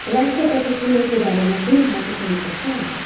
राष्ट्रपति चुनाउको बारेमा कुनै हालको समाचार छ